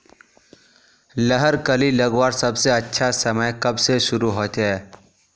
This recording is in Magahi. लहर कली लगवार सबसे अच्छा समय कब से शुरू होचए?